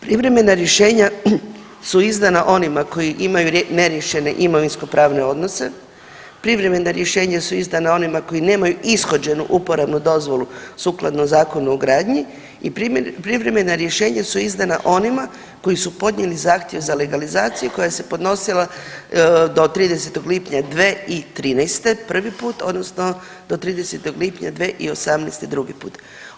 Privremena rješenja su izdana onima koji imaju neriješene imovinsko-pravne odnose, privremena rješenja su izdana onima koji nemaju ishođenu uporabnu dozvolu sukladno Zakonu o gradnji i privremena rješenja su izdana onima koji su podnijeli zahtjev za legalizaciju koja se podnosila do 30. lipnja 2013. prvi put odnosno do 30. lipnja 2018. drugi put.